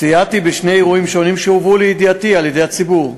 סייעתי בשני אירועים שונים שהובאו לידיעתי על-ידי הציבור,